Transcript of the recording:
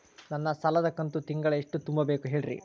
ನನ್ನ ಸಾಲದ ಕಂತು ತಿಂಗಳ ಎಷ್ಟ ತುಂಬಬೇಕು ಹೇಳ್ರಿ?